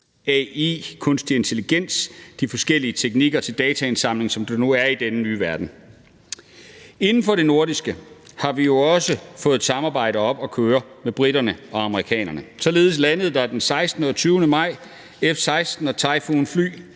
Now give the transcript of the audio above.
kunstig intelligens, og de forskellige nye teknikker til dataindsamling, som der nu er i denne nye verden. Inden for det nordiske har vi jo også fået et samarbejde op at køre med briterne og amerikanerne. Således landede der den 16. og den 20. maj i år F-16- og Typhoonfly